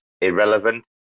irrelevant